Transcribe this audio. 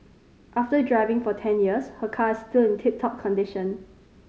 after driving for ten years her car is still in tip top condition